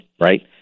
right